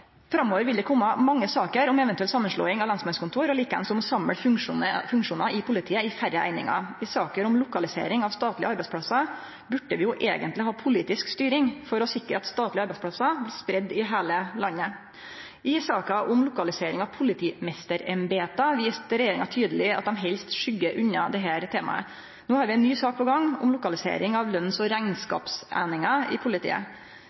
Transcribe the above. Framover vil det kome mange saker om eventuell samanslåing av lensmannskontor og likeins om å samle funksjonar i politiet i færre einingar. I saker om lokalisering av statlege arbeidsplassar burde vi jo eigentleg ha politisk styring for å sikre at statlege arbeidsplassar blir spreidde i heile landet. I saka om lokalisering av politimeisterembeta viste regjeringa tydeleg at dei helst skyggjer unna dette temaet. No har vi ei ny sak på gang om lokalisering av løns- og rekneskapseininga i politiet.